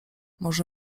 może